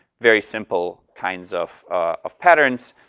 very simple kinds of of patterns.